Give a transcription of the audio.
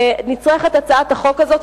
נדרשת הצעת החוק הזאת,